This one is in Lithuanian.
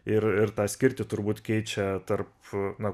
ir ir tą skirtį turbūt keičia tarp na